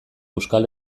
euskal